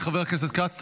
חבר הכנסת כץ,